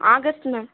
August ma'am